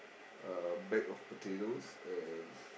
uh bag of potatoes and